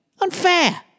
Unfair